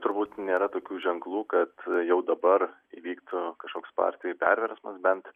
turbūt nėra tokių ženklų kad jau dabar įvyktų kažkoks partijoj perversmas bent